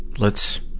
let's,